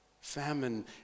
Famine